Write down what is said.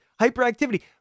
Hyperactivity